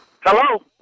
Hello